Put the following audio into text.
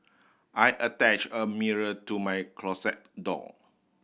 I attach a mirror to my closet door